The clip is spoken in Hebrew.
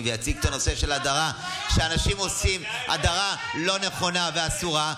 ויציג את הנושא של הדרה שאנשים עושים הדרה לא נכונה ואסורה.